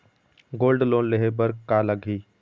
Gold loan लेहे बर का लगही?